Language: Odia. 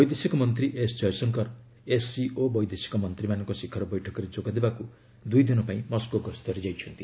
ବୈଦେଶିକ ମନ୍ତ୍ରୀ ଏସ୍ଜୟଶଙ୍କର ଏସ୍ସିଓ ବୈଦେଶିକ ମନ୍ତ୍ରୀମାନଙ୍କ ଶିଖର ବୈଠକରେ ଯୋଗଦେବାକୁ ଦୁଇଦିନ ପାଇଁ ମସ୍କୋ ଗସ୍ତରେ ଯାଇଛନ୍ତି